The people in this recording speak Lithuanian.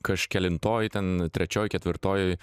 kažkelintoj ten trečioj ketvirtoj